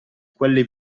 quelle